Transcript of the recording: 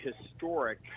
historic